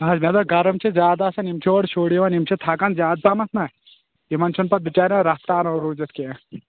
نہٕ حظ مےٚ دوٚپ گرم چھُ زیٛادٕ آسان یِم چھِ اورٕ شُرۍ یِوان یِم چھِ تھکان زیٛادٕ پہم نا یِمن چھُنہٕ پتہٕ بِچاریَن رَفتار روزِتھ کیٚنٛہہ